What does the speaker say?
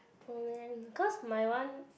oh man because my one